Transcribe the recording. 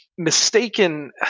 mistaken